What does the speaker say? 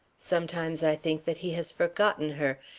sometimes i think that he has forgotten her,